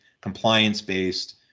compliance-based